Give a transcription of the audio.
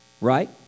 Right